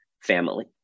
family